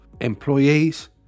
employees